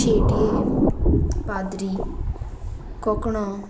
शेट्ये पाद्री कोंकणो